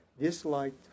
disliked